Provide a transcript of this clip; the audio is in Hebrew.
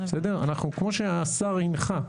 כמו שהשר הנחה,